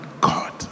God